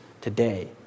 today